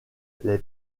les